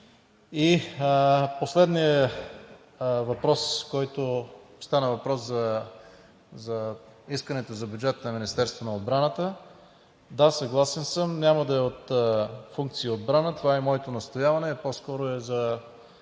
Последният въпрос, в който стана въпрос за искането за бюджет на Министерството на отбраната. Да, съгласен съм, няма да е от функции „Отбрана“, това е моето настояване, а по-скоро е за